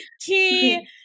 key